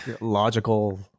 logical